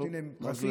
שנותנים להם פרחים,